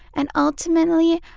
and ultimately,